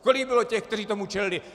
Kolik bylo těch, kteří tomu čelili?